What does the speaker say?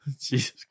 Jesus